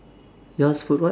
yours put what